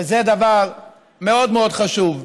וזה דבר מאוד מאוד חשוב.